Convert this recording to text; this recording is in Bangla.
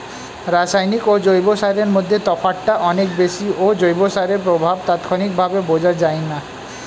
রাসায়নিক ও জৈব সারের মধ্যে তফাৎটা অনেক বেশি ও জৈব সারের প্রভাব তাৎক্ষণিকভাবে বোঝা যায়না